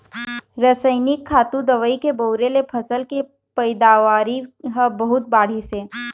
रसइनिक खातू, दवई के बउरे ले फसल के पइदावारी ह बहुत बाढ़िस हे